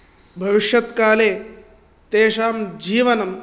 भविष्यत्काले तेषां जीवनं